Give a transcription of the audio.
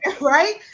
Right